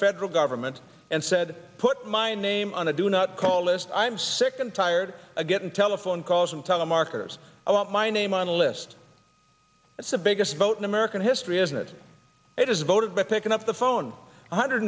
federal government and said put my name on a do not call list i'm sick and tired of getting telephone calls from telemarketers i want my name on a list it's the biggest vote in american history is not it is voted by picking up the phone one hundred